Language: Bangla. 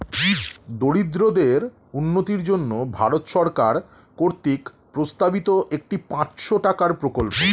দরিদ্রদের উন্নতির জন্য ভারত সরকার কর্তৃক প্রস্তাবিত একটি পাঁচশো টাকার প্রকল্প